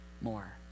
more